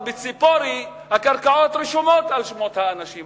אבל בציפורי הקרקעות רשומות על שמות האנשים.